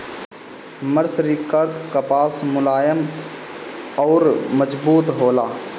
मर्सरीकृत कपास मुलायम अउर मजबूत होला